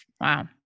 Wow